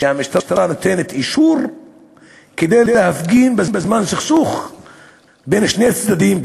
שהמשטרה נותנת אישור להפגין בזמן סכסוך בין שני צדדים,